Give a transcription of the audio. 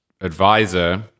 advisor